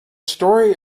story